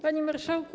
Panie Marszałku!